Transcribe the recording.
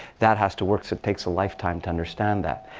that has to work. so it takes a lifetime to understand that.